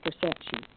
perception